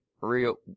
real